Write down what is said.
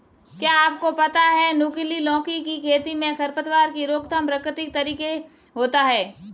क्या आपको पता है नुकीली लौकी की खेती में खरपतवार की रोकथाम प्रकृतिक तरीके होता है?